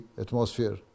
atmosphere